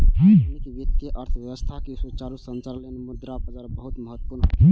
आधुनिक वित्तीय अर्थव्यवस्था के सुचारू संचालन लेल मुद्रा बाजार बहुत महत्वपूर्ण होइ छै